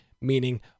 meaning